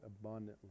abundantly